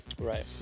Right